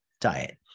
diet